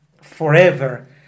forever